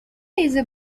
laser